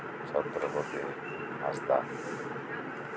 Chhatrapati Hansda